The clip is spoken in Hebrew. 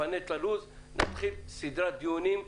אפנה את הלו"ז ונתחיל בסדרת דיונים,